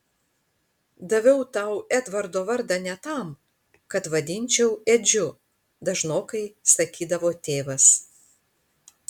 daviau tau edvardo vardą ne tam kad vadinčiau edžiu dažnokai sakydavo tėvas